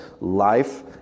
life